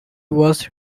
was